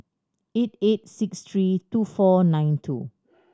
eight eight six three two four nine two